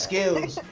skills,